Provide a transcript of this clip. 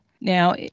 Now